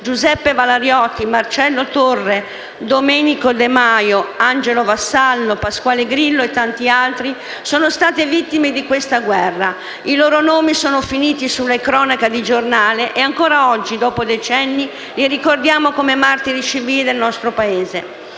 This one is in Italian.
Giuseppe Valarioti, Marcello Torre, Domenico de Maio, Angelo Vassallo, Pasquale Grillo e tanti altri sono state vittime di questa guerra. I loro nomi sono finiti sulle cronache di giornale e ancora oggi, dopo decenni, li ricordiamo come martiri civili del nostro Paese.